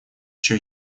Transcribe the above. еще